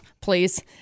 Please